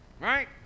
right